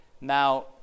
now